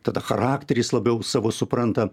tada charakterį jis labiau savo supranta